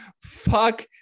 fuck